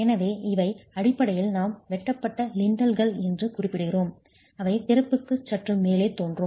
எனவே இவை அடிப்படையில் நாம் வெட்டப்பட்ட லிண்டல்கள் என்று குறிப்பிடுகிறோம் அவை திறப்புக்கு சற்று மேலே தோன்றும்